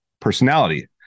personality